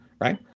right